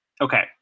Okay